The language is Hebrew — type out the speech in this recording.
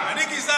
אני גזען?